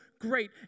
great